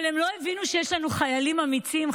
אבל הם לא הבינו שיש לנו חיילים אמיצים,